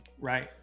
Right